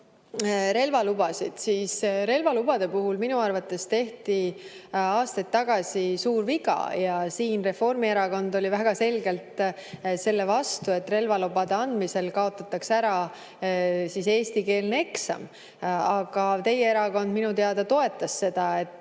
relvalubasid, siis relvalubade puhul minu arvates tehti aastaid tagasi suur viga. Reformierakond oli väga selgelt selle vastu, et relvalubade andmisel kaotatakse ära eestikeelne eksam, aga teie erakond minu teada toetas seda.